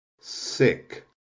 sick